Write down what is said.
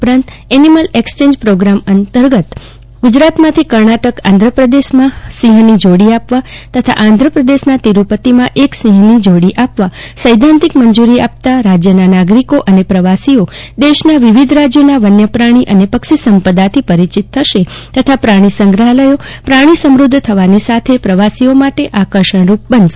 ઉપરાંત animal exchange programme અન્વયે ગુજરાતમાંથી કર્ણાટક આંધ્રપ્રદેશને સિંધની જોડી આપવા તથા આંધ્રપ્રદેસના તિરૂપપતીમાં એક સિંહની જોડી આપવા સૈધાંતિક મંજરી આપતાં રાજયના નાગરિકો અને પ્રવાસીઓ દેશના વિવિધ રાજયોના વન્ય પ્રાણી અને પક્ષી સંપદાની પરિચિત થશે તથા પ્રાણીસંગ્રહાલયો પ્રાણી સમૃઘ્ઘિ થવાની સાથે પ્રવાસીઓ માટે આકર્ષણનું કેન્દ્ર બનશે